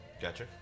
Gotcha